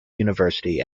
university